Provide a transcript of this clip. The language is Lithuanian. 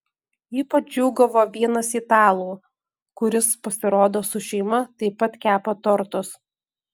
ypač džiūgavo vienas italų kuris pasirodo su šeima taip pat kepa tortus